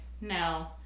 no